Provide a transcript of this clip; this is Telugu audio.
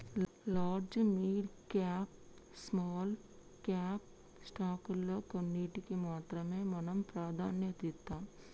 large, mid cap, small cap స్టాకుల్లో కొన్నిటికి మాత్రమే మనం ప్రాధన్యతనిత్తాం